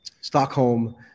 Stockholm